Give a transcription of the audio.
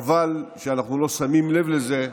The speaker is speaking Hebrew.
חבל שאנחנו לא שמים לב לזה.